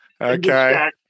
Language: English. Okay